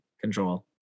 control